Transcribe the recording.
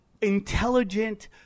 intelligent